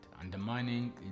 undermining